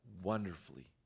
wonderfully